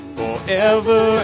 forever